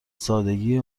سادگی